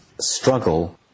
struggle